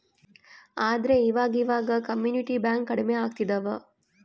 ಆದ್ರೆ ಈವಾಗ ಇವಾಗ ಕಮ್ಯುನಿಟಿ ಬ್ಯಾಂಕ್ ಕಡ್ಮೆ ಆಗ್ತಿದವ